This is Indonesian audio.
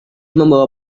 membawa